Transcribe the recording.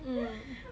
mm